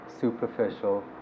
superficial